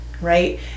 right